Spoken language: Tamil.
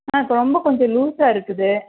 ஆ இப்போ ரொம்ப கொஞ்சம் லூசாக இருக்குது